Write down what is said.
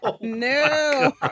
No